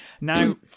Now